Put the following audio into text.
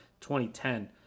2010